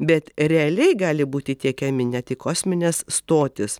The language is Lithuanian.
bet realiai gali būti tiekiami ne tik į kosmines stotis